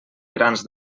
grans